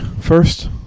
first